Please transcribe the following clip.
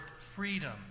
freedom